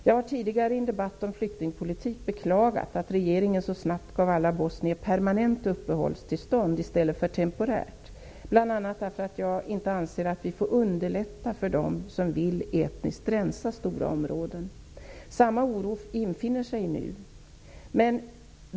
Jag har tidigare i en debatt om flyktingpolitik beklagat att regeringen så snabbt gav alla bosnier permanent uppehållstillstånd i stället för temporärt uppehållstillstånd. Det har jag gjort bl.a. därför att jag anser att vi inte får underlätta för dem som vill etniskt rensa stora områden. Samma oro infinner sig nu.